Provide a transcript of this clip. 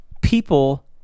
people